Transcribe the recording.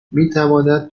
میتواند